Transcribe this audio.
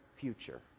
future